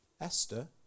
Esther